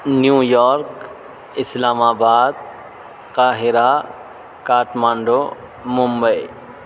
new York Islamabad قاہرہ Kathmandu Mumbai